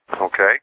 Okay